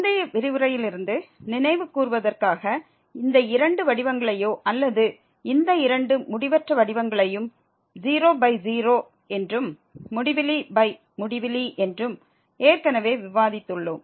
முந்தைய விரிவுரையிலிருந்து நினைவுகூர்வதற்காக இந்த இரண்டு வடிவங்களையும் அல்லது இந்த இரண்டு முடிவற்ற வடிவங்களையும் 0 பை 0 என்றும் முடிவிலி பை முடிவிலி என்றும் ஏற்கனவே விவாதித்துள்ளோம்